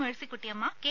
Mercykuttyamma K